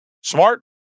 smart